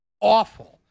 awful